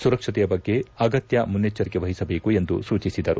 ಸುರಕ್ಷತೆಯ ಬಗ್ಗೆ ಅಗತ್ಯ ಮುನ್ನೆಚ್ಚರಿಕೆ ವಹಿಸಬೇಕು ಎಂದು ಸೂಚಿಸಿದರು